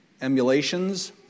emulations